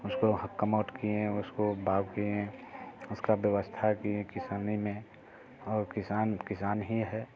उसको कम आउट किए उसको बाव किए उसका व्यवस्था किए किसानी में और किसान किसान ही है